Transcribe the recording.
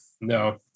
No